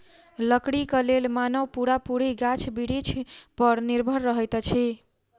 लकड़ीक लेल मानव पूरा पूरी गाछ बिरिछ पर निर्भर रहैत अछि